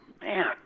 man